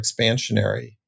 expansionary